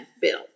Bill